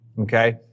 Okay